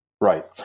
Right